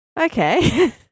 Okay